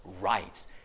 rights